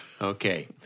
okay